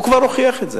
הוא כבר הוכיח את זה,